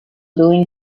doing